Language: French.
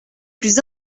plus